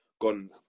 gone